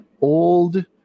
old